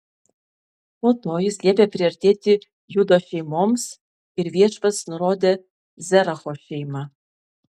po to jis liepė priartėti judo šeimoms ir viešpats nurodė zeracho šeimą